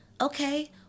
Okay